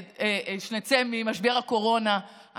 שנצא ממשבר הקורונה.